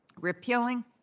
Repealing